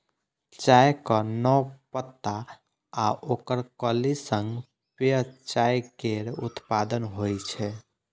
चायक नव पात आ ओकर कली सं पेय चाय केर उत्पादन होइ छै